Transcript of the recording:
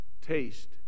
taste